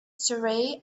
surrey